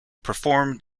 performed